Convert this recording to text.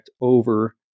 over